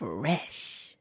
Fresh